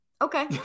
okay